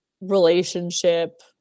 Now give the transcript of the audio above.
relationship